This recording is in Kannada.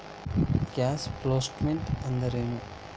ಕ್ಯಾಷ್ ಫ್ಲೋಸ್ಟೆಟ್ಮೆನ್ಟ್ ಅಂದ್ರೇನು?